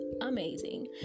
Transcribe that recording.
amazing